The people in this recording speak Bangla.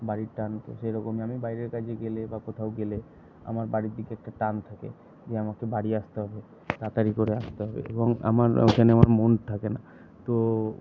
বাড়ির টান তো সেরকমই আমি বাইরের কাজে গেলে বা কোথাও গেলে আমার বাড়ির দিকে একটা টান থাকে যে আমাকে বাড়ি আসতে হবে তাড়াতাড়ি করে আসতে হবে এবং আমার ওইখানে আমার মন থাকে না তো